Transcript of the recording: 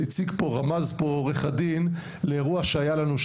רמז פה עורך הדין לאירוע שהיה לנו,